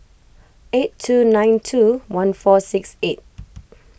eight two nine two one four six eight